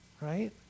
Right